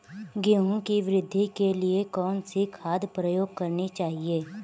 गेहूँ की वृद्धि के लिए कौनसी खाद प्रयोग करनी चाहिए?